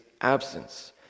absence